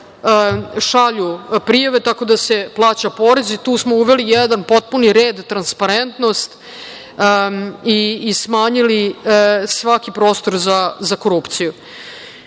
šalju prijave, tako da se plaća porez. Tu smo uveli jedan potpuni red i transparentnost i smanjili svaki prostor za korupciju.